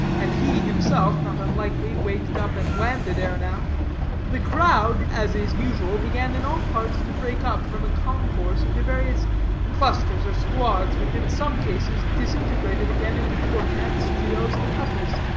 and he himself, not unlikely, waked up and landed ere now the crowd, as is usual, began in all parts to break up from a concourse into various clusters or squads, which in some cases disintegrated again into quartettes, trios, and couples,